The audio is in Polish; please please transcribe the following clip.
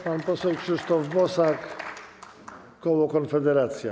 Pan poseł Krzysztof Bosak, koło Konfederacja.